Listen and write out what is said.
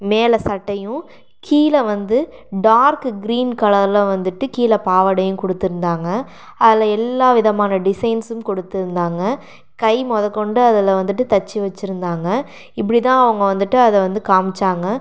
மேலே சட்டையும் கீழே வந்து டார்க் க்ரீன் கலரில் வந்துட்டு கீழே பாவாடையும் கொடுத்துருந்தாங்க அதில் எல்லா விதமான டிஸைன்ஸும் கொடுத்துருந்தாங்க கை மொதல் கொண்டு அதில் வந்துட்டு தச்சு வெச்சிருந்தாங்க இப்படி தான் அவங்க வந்துட்டு அதை வந்து காமிச்சாங்க